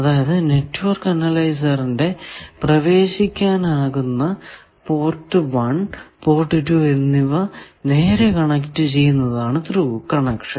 അതായതു നെറ്റ്വർക്ക് അനലൈസറിന്റെ പ്രവേശിക്കാനാകുന്ന പോർട്ട് 1 പോർട്ട് 2 എന്നിവ നേരെ കണക്ട് ചെയ്യുന്നതാണ് ത്രൂ കണക്ഷൻ